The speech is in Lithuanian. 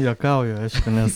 juokauju aišku nes